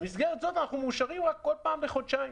במסגרת הזאת אנחנו מאשרים כל פעם בחודשיים.